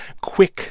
quick